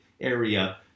area